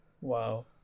Wow